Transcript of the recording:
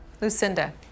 Lucinda